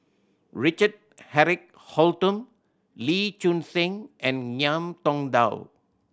Richard Eric Holttum Lee Choon Seng and Ngiam Tong Dow